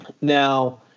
Now